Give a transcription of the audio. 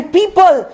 people